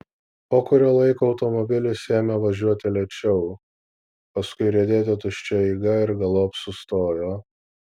po kurio laiko automobilis ėmė važiuoti lėčiau paskui riedėti tuščia eiga ir galop sustojo